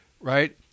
right